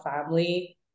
family